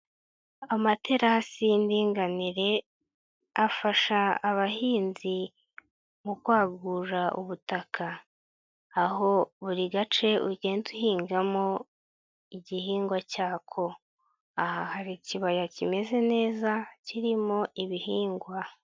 Amaterasi y'indinganire afasha abahinzi mu kwagura ubutaka. Aho buri gace ugenda uhingamo igihingwa cyako. Aha hari ikibaya kimeze neza kirimo ibihingwa.